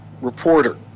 reporter